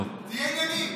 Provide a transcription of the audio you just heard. אל תאבד עשתונות.